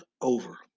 over